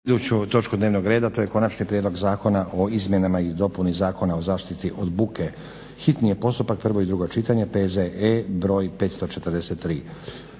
**Stazić, Nenad (SDP)** Konačni prijedlog Zakona o izmjenama i dopuni Zakona o zaštiti od buke, hitni postupak, prvo i drugo čitanje, P.Z.E. br. 543.